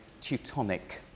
Teutonic